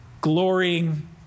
glorying